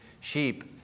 sheep